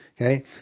okay